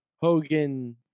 Hogan